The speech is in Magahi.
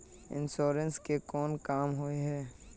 इंश्योरेंस के कोन काम होय है?